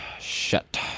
Shut